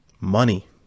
Money